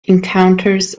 encounters